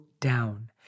down